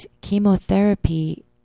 chemotherapy